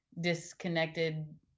disconnected